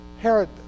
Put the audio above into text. Herod